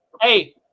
hey